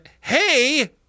hey